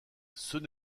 ceux